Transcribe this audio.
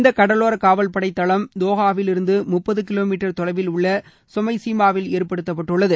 இந்த கடலோர காவல்படை தளம் தோகாவிலிருந்து முட்பது கிலோமீட்டர் தொலைவில் உள்ள செமைசீமாவில் ஏற்படுத்தப்பட்டுள்ளது